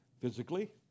physically